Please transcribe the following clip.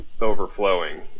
overflowing